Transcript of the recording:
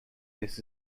this